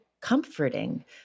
comforting